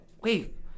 Wait